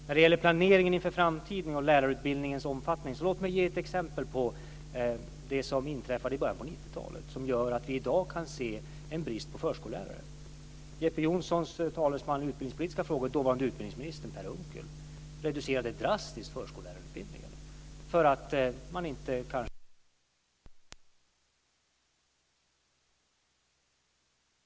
När det gäller planeringen för framtiden och lärarutbildningens omfattning vill jag ge ett exempel på något som inträffade i början av 90-talet och som gör att vi i dag kan se en brist på förskollärare. Jeppe Johnssons talesman i utbildningspolitiska frågor, dåvarande utbildningsminister Per Unckel, reducerade drastiskt förskollärarutbildningen. Man lade kanske inte så stor vikt vid den. I dag är ju förskolan en viktig del i det livslånga lärandet. Vi vill med den allmänna förskolan att alla våra barn ska få tillgång till detta. Det här har gjort att det under ett stort antal år har kommit ut för få förskollärare. Så visst behövs det bättre planering, Jeppe Johnsson.